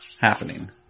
happening